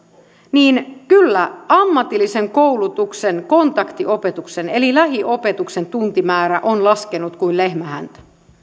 niin kyllä ammatillisen koulutuksen kontaktiopetuksen eli lähiopetuksen tuntimäärä on laskenut kuin lehmän häntä